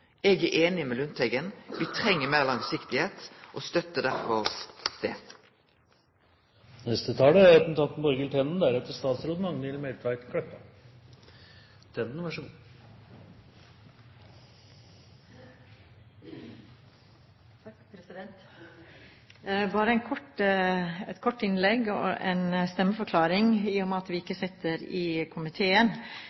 Eg er einig med Lundteigen. Me treng meir langsiktigheit og støttar derfor det. Bare et kort innlegg og en stemmeforklaring i og med at vi